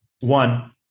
One